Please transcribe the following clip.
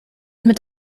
mit